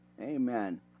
Amen